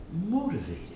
motivated